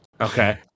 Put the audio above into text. Okay